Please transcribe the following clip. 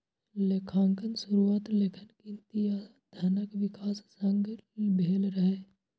लेखांकनक शुरुआत लेखन, गिनती आ धनक विकास संग भेल रहै